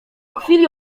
chwili